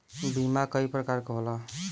बीमा कई परकार के होला